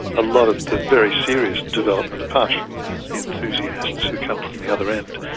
a lot of very serious development, apart from the enthusiasts who come from the other end,